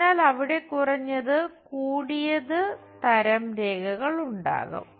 അതിനാൽ അവിടെ കുറഞ്ഞത് കൂടിയത് തരം രേഖകൾ ഉണ്ടാകും